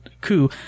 coup